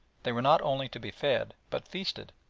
they were not only to be fed but feasted.